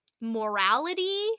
morality